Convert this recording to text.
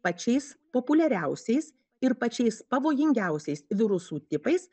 pačiais populiariausiais ir pačiais pavojingiausiais virusų tipais